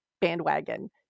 bandwagon